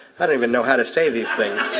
i don't even know how to say these things.